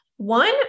One